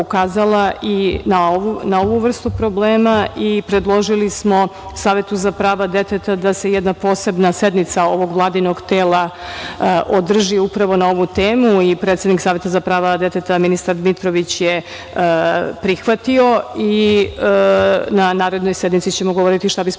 i na ovu vrstu problema i predložili smo Savetu za prava deteta da se jedna posebna sednica ovog Vladinog tela održi upravo na ovu temu i predsednik Saveta za prava deteta, ministar Dmitrović je prihvatio i na narednoj sednici ćemo govoriti šta bismo